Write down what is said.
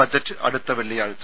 budget അടുത്ത വെള്ളിയാഴ്ച